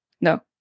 No